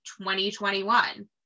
2021